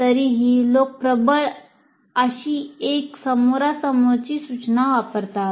तरीही लोक प्रबळ अशी एक समोरासमोरची सूचना वापरतात